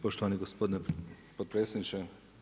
Poštovani gospodine potpredsjedniče.